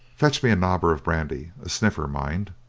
fetch me a nobbler of brandy a stiffener, mind.